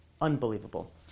unbelievable